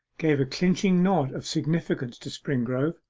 gave a clinching nod of significance to springrove,